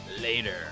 later